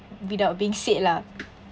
without being said lah